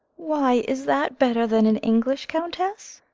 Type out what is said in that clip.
why, is that better than an english countess?